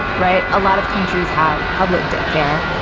right. a lot of countries have public daycare.